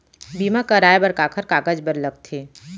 बीमा कराय बर काखर कागज बर लगथे?